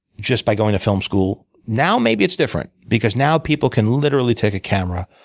just by going to film school. now maybe it's different, because now people can literally take a camera,